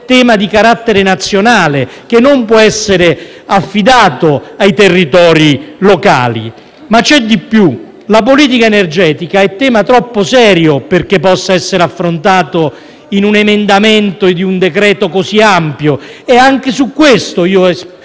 tema di carattere nazionale, che non può essere affidato ai territori locali. C'è di più, però: la politica energetica è un tema troppo serio perché possa essere affrontato nell'emendamento a un decreto-legge così ampio; anche a tale riguardo esprimo